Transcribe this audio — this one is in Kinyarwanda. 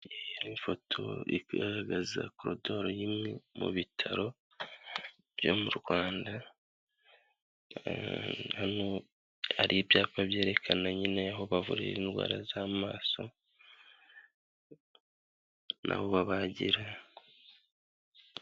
Ifoto igaragaza koridori imwe mu bitaro byo mu Rwanda, hano hari ibyapa byerekana nyine aho bavurira indwara z'amaso n'aho babagira.